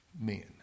men